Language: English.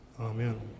Amen